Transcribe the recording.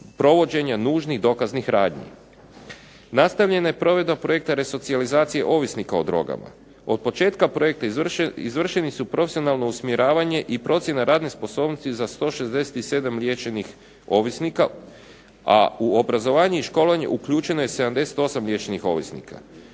provođenja nužnih dokaznih radnji. Nastavljena je provedba projekta resocijalizacije ovisnika o drogama. Od početka projekta izvršeni su profesionalno usmjeravanje i procjena radne sposobnosti za 167 liječenih ovisnika, a u obrazovanje i školovanje uključeno je 78 liječenih ovisnika.